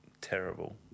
terrible